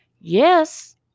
yes